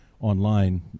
online